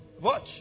Watch